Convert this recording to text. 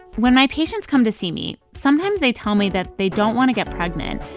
when my patients come to see me, sometimes they tell me that they don't want to get pregnant,